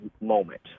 moment